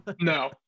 No